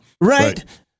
right